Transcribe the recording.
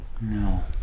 No